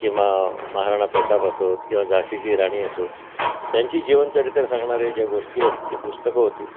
किंवा महाराणा प्रताप असोत किंवा झाशीची राणी असोत त्यांची जीवनचरित्र सांगणाऱ्या ज्या गोष्टी अशी पुस्तकं होती